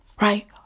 right